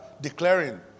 declaring